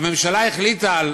הממשלה החליטה על